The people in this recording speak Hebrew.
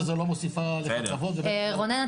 זה לא מוסיף לך כבוד ובטח לא -- רונן,